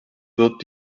wird